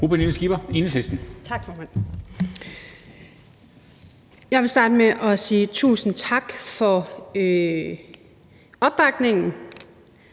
Pernille Skipper (EL): Tak, formand. Jeg vil starte med at sige tusind tak for opbakningen